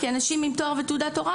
כי אנשים עם תואר ותעודת הוראה,